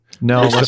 No